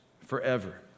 forever